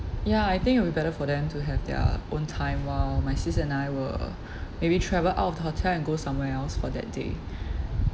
ya I think it'll be better for them to have their own time while my sis and I will maybe travel out of the hotel and go somewhere else for that day